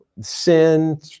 sin